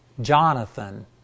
Jonathan